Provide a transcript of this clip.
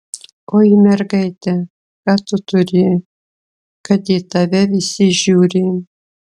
oi mergaite ką tu turi kad į tave visi žiūri